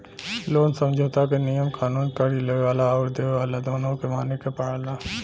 loan समझौता क नियम कानून कर्ज़ लेवे वाला आउर देवे वाला दोनों के माने क पड़ला